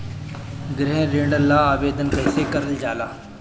गृह ऋण ला आवेदन कईसे करल जाला?